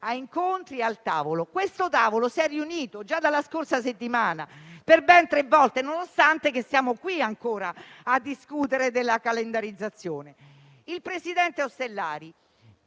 incontri al tavolo. Questo tavolo si è riunito già dalla scorsa settimana per ben tre volte, nonostante siamo ancora qui a discutere della calendarizzazione. Al presidente Ostellari